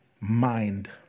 mind